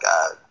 God